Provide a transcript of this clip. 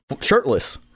shirtless